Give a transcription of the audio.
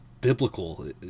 biblical